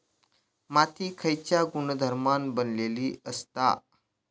माती खयच्या गुणधर्मान बनलेली असता?